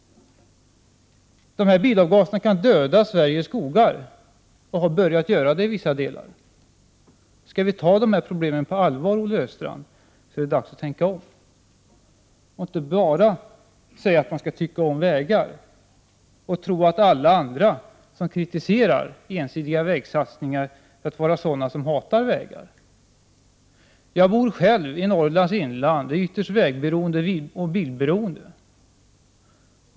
Bilavgaserna kan döda Sveriges skogar, och de har börjat göra det i vissa delar av landet. Skall vi ta dessa problem på allvar, Olle Östrand, så är det dags att tänka om och inte säga att man skall tycka om vägar och tro att alla andra som kritiserar ensidiga vägsatsningar hatar vägar. Jag bor själv i Norrlands inland och är ytterst vägberoende och bilberoende.